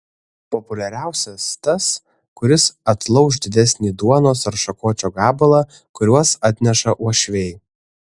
populiariausias tas kuris atlauš didesnį duonos ar šakočio gabalą kuriuos atneša uošviai